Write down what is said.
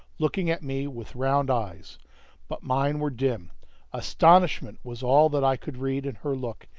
looking at me with round eyes but mine were dim astonishment was all that i could read in her look,